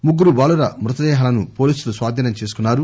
ముగ్గురు బాలుర మృత దేహాలను పోలీసులు స్వాధీనం చేసుకొన్నారు